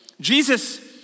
Jesus